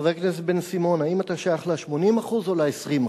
חבר הכנסת בן-סימון, האם אתה שייך ל-80% או ל-20%?